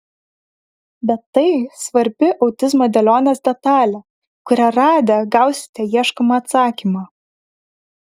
bet tai svarbi autizmo dėlionės detalė kurią radę gausite ieškomą atsakymą